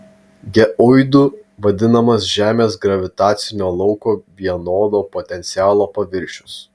geoidu vadinamas žemės gravitacinio lauko vienodo potencialo paviršius